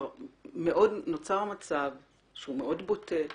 נוצר מצב שהוא מאוד בוטה.